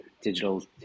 digital